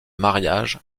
mariage